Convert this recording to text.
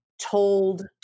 told